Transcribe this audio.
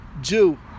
Jew